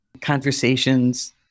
conversations